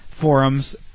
forums